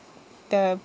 the